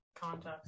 context